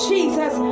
Jesus